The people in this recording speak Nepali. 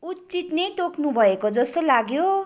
उचित नै तोक्नु भएको जस्तो लाग्यो